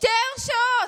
שתי הרשעות.